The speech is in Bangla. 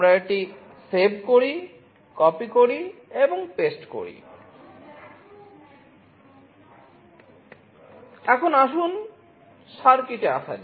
এখন আসুন সার্কিটে আসা যাক